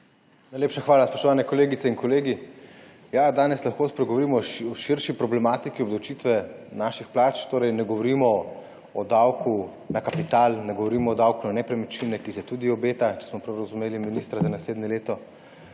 Najlepša hvala. Spoštovane kolegice in kolegi! Danes lahko spregovorimo o širši problematiki obdavčitve naših plač. Torej ne govorimo o davku na kapital, ne govorimo o davku na nepremičnine, ki se tudi obeta, če smo prav razumeli ministra za naslednje leto,